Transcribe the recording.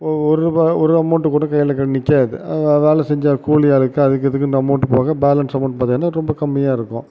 ஒரு ஒருரூபா ஒரு அமௌன்ட்டு கூட கையில் க நிற்காது அத வேலை செஞ்சால் கூலியாருக்கு அதுக்கு இதுக்குன்னு அந்த அமௌண்ட்டு போக பேலன்ஸ் அமௌன்ட் பார்த்திங்கனா ரொம்ப கம்மியாக இருக்கும்